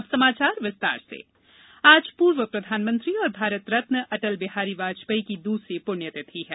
अटल पुण्यतिथि आज पूर्व प्रधानमंत्री और भारत रत्न अटल बिहारी वाजपेई की दूसरी पुण्यतिथि है